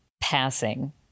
passing